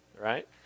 right